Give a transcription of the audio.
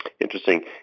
Interesting